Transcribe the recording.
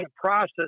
process